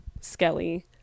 skelly